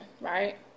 Right